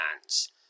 hands